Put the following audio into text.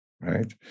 right